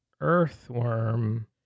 earthworm